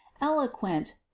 eloquent